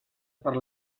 per